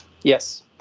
Yes